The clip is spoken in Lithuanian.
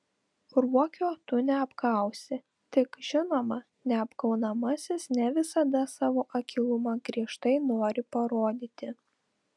ruokio tu neapgausi tik žinoma neapgaunamasis ne visada savo akylumą griežtai nori parodyti